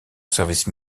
service